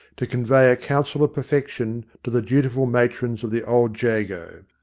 to convey a counsel of perfection to the dutiful matrons of the old jago.